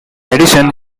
addition